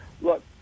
Look